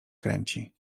kręci